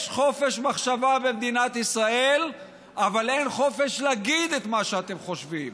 יש חופש מחשבה במדינת ישראל אבל אין חופש להגיד את מה שאתם חושבים.